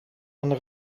een